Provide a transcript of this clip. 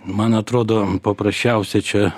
man atrodo paprasčiausia čia